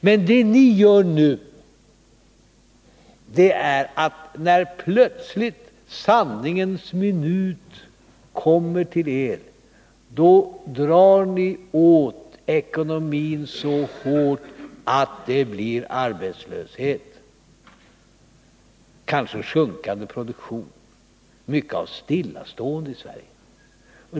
Men det ni gör nu är att ni, när plötsligt sanningens minut kommer till er, drar åt ekonomin så hårt att det blir arbetslöshet. kanske sjunkande produktion, mycket av stillastående i Sverige.